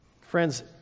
Friends